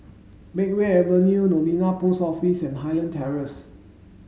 Makeway Avenue Novena Post Office and Highland Terrace